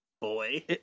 Boy